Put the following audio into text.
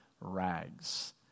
rags